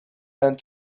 and